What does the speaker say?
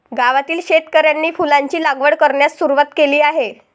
गावातील शेतकऱ्यांनी फुलांची लागवड करण्यास सुरवात केली आहे